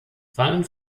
fallen